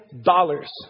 dollars